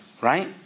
Right